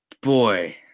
Boy